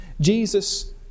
Jesus